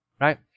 right